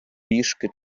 пішки